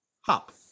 hop